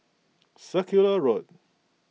Circular Road